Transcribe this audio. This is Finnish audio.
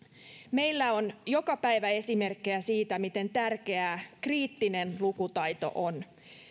meillä on joka päivä esimerkkejä siitä miten tärkeää kriittinen lukutaito on